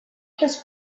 his